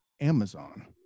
Amazon